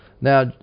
Now